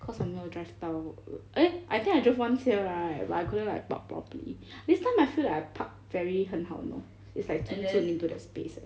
cause 我没有 drive 到 eh I think I drove once here right but I couldn't park probably this time I feel like I park very 很好 you know is like zun zun into that space eh